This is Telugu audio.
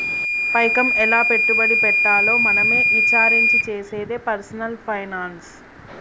పైకం ఎలా పెట్టుబడి పెట్టాలో మనమే ఇచారించి చేసేదే పర్సనల్ ఫైనాన్స్